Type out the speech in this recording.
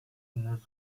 diesen